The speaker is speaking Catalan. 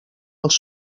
els